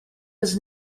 was